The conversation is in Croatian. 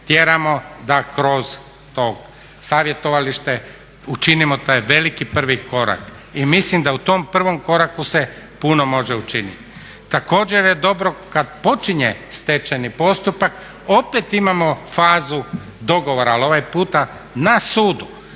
tjeramo da kroz to savjetovalište učinimo taj veliki prvo korak. I mislim da u tom prvom koraku se puno može učiniti. Također je dobro kad počinje stečajni postupak, opet imamo fazu dogovora, ali ovaj puta na sudu